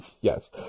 Yes